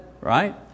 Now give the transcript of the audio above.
right